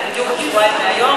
זה בדיוק עוד שבועיים מהיום,